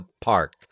Park